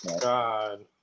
god